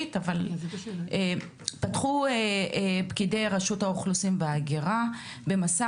פתחו פקידי רשות האוכלוסין וההגירה במסע